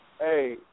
hey